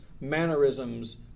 mannerisms